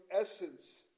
essence